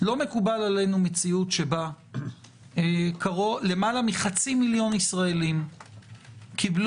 לא מקובלת עלינו מציאות שבה למעלה מחצי מיליון ישראלים קיבלו